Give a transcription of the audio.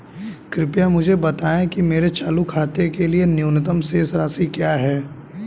कृपया मुझे बताएं कि मेरे चालू खाते के लिए न्यूनतम शेष राशि क्या है